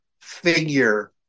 figure